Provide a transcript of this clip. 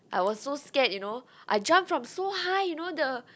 I was so scared you know I jump from so high you know the